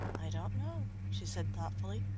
i don't know, she said thoughtfully.